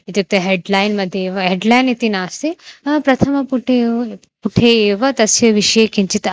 इत्युक्ते हेड्लैन् मध्ये एव हेड्लैन् इति नास्ति प्रथमपुटे एव पुटे एव तस्य विषये किञ्चित्